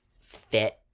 fit